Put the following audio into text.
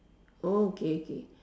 oh okay okay